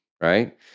right